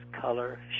color